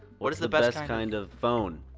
what's the best kind of. phone?